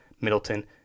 Middleton